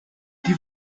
die